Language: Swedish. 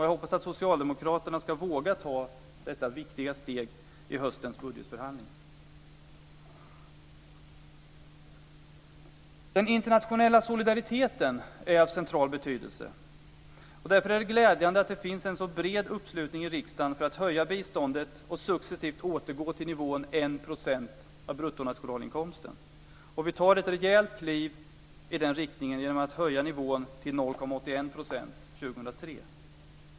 Jag hoppas att Socialdemokraterna ska våga ta detta viktiga steg i höstens budgetförhandlingar. Den internationella solidariteten är av central betydelse. Därför är det glädjande att det finns en så bred uppslutning i riksdagen för att höja biståndet och successivt återgå till nivån 1 % av bruttonationalinkomsten. Vi tar ett rejält kliv i den riktningen genom att höja nivån till 0,81 % år 2003.